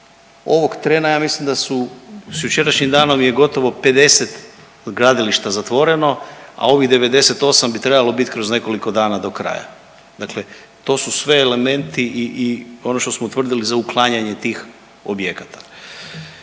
Ovog trena ja mislim da su s jučerašnjim danom je gotovo 50 gradilišta zatvoreno, a ovih 98 bi trebalo biti kroz nekoliko dana do kraja. Dakle, to su sve elementi i ono što smo utvrdili za uklanjanje tih objekata.